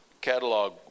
catalog